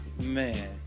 man